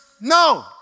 no